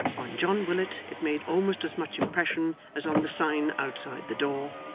on john willet it made almost as much impression as on the sign outside the door,